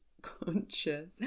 conscious